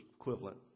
equivalent